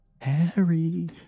harry